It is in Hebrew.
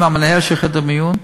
עם המנהל של חדר המיון,